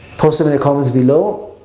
post it in the comments below.